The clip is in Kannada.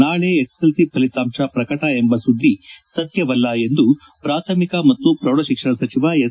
ನಾಳೆ ಎಸ್ಎಸ್ಎಲ್ಸಿ ಫಲಿತಾಂಶ ಪ್ರಕಟ ಎಂಬ ಸುದ್ದಿ ಸತ್ಯವಲ್ಲ ಎಂದು ಪಾಥಮಿಕ ಮತ್ತು ಪ್ರೌಢಶಿಕ್ಷಣ ಸಚಿವ ಎಸ್